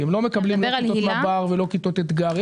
הם מקבלים כיתות מב"ר או כיתות אתגר.